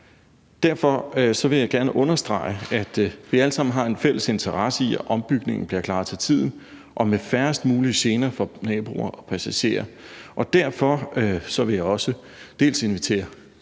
Derfor vil jeg gerne understrege, at vi alle sammen har en fælles interesse i, at ombygningen bliver klaret til tiden og med færrest mulige gener for naboer og passagerer. Derfor vil jeg også invitere